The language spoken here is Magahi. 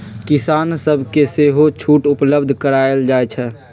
किसान सभके सेहो छुट उपलब्ध करायल जाइ छइ